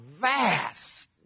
vast